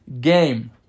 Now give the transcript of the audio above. game